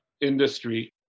industry